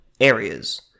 areas